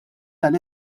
tal